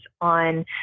on